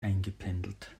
eingependelt